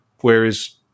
Whereas